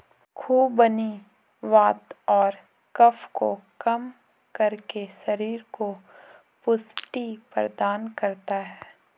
खुबानी वात और कफ को कम करके शरीर को पुष्टि प्रदान करता है